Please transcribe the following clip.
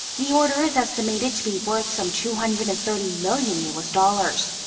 the order is estimated to be worth some two hundred and thirty million u s. dollars.